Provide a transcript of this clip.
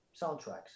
soundtracks